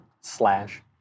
slash